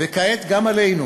וכעת גם עלינו,